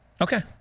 Okay